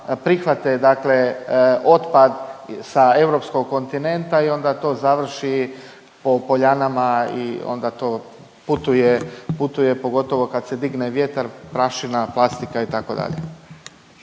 prihvate dakle otpad sa europskog kontinenta i onda to završi po poljanama i onda to putuje, putuje, pogotovo kad se digne vjetar, prašina, plastika itd..